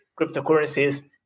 cryptocurrencies